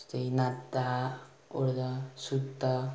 जस्तै नाच्दा उठ्दा सुत्दा